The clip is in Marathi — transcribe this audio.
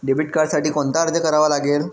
डेबिट कार्डसाठी कोणता अर्ज करावा लागेल?